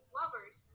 lovers